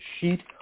sheet